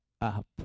up